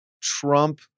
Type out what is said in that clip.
Trump